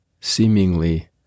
seemingly